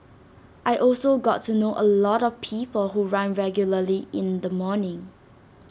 I also got to know A lot of people who run regularly in the morning